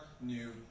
new